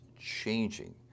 changing